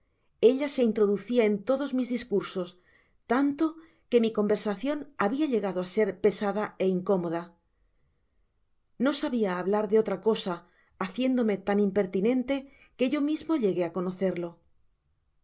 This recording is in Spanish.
ella se introducia en todos mis discursos tanto que mi conversacion habia lie gado á ser pesada é incómoda no sabia hablar de otra cosa haciéndome tan impertinente que yo mismo llegue á conocerlo